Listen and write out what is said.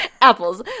apples